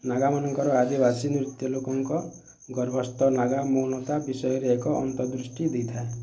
ନାଗାମାନଙ୍କର ଆଦିବାସୀ ନୃତ୍ୟ ଲୋକଙ୍କ ଗର୍ଭସ୍ଥ ନାଗା ମୌନତା ବିଷୟରେ ଏକ ଅନ୍ତର୍ଦୃଷ୍ଟି ଦେଇଥାଏ